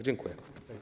Dziękuję.